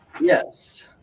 Yes